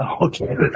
Okay